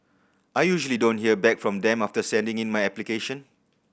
I usually don't hear back from them after sending in my application